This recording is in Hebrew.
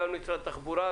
גם למשרד התחבורה,